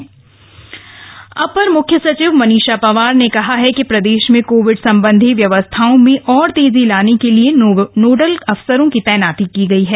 medical equipments अपर मुख्य सचिव मनीषा पंवार ने कहा है कि प्रदेश में कोविड संबंधी व्यवस्थाओं मे और तेजी लाने के लिए नोडल अफसरो की तैनाती की गई है